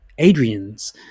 adrian's